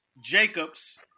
Jacobs